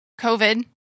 COVID